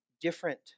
different